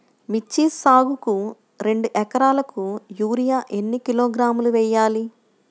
మిర్చి సాగుకు రెండు ఏకరాలకు యూరియా ఏన్ని కిలోగ్రాములు వేయాలి?